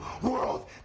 World